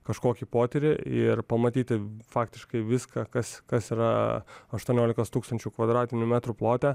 kažkokį potyrį ir pamatyti faktiškai viską kas kas yra aštuoniolikos tūkstančių kvadratinių metrų plote